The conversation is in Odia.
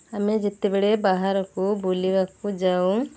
ଆମେ ଯେତେବେଳେ ବାହାରକୁ ବୁଲିବାକୁ ଯାଉ